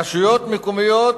רשויות מקומיות